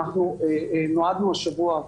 אנחנו נועדנו השבוע,